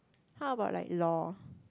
how about like law